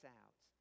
out